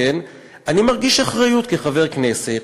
כן, אני מרגיש אחריות, כחבר כנסת.